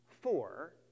four